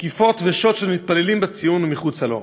תקיפות ושוד של מתפללים בציון ומחוץ לו.